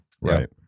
Right